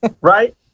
right